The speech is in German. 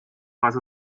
was